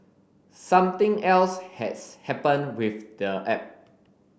something else has happened with the app